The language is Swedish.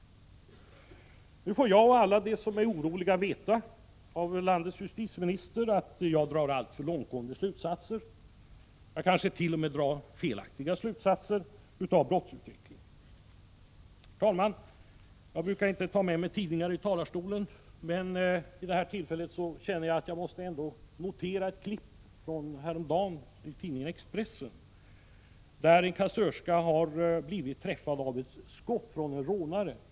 Nu får jag och alla de som är oroliga veta av landets justitieminister att jag drar alltför långtgående slutsatser och att jag kanske t.o.m. drar felaktiga slutsatser av brottsutvecklingen. Herr talman! Jag brukar inte ta med mig tidningar upp i talarstolen, men vid detta tillfälle känner jag att jag ändå måste notera ett tidningsurklipp från Expressen häromdagen. I denna artikel berättas om en kassörska som en kvälli en vanlig ICA-butik i Vendelsö blev träffad av ett skott från en rånare.